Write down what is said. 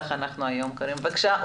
בבקשה.